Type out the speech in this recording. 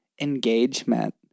engagement